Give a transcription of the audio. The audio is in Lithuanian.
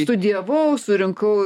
studijavau surinkau